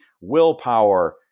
willpower